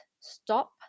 stop